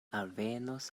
alvenos